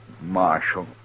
Marshal